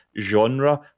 genre